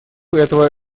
этого